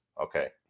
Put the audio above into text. okay